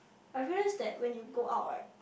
I realise that when you go out right